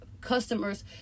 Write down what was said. customers